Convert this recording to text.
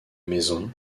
maison